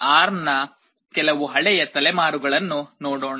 ARM ನ ಕೆಲವು ಹಳೆಯ ತಲೆಮಾರುಗಳನ್ನು ನೋಡೋಣ